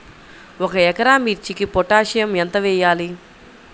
ఒక ఎకరా మిర్చీకి పొటాషియం ఎంత వెయ్యాలి?